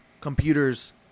computers